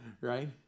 right